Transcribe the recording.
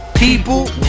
People